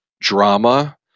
drama